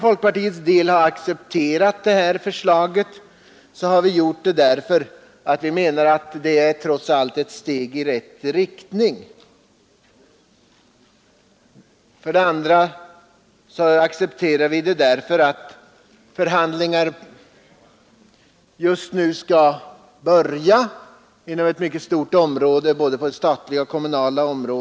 Folkpartiet har accepterat detta förslag för det första därför att det, trots allt, är ett steg i rätt riktning. För det andra accepterar vi det därför att förhandlingar just nu skall börja inom ett mycket stort område, både det statliga och det kommunala.